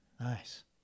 Nice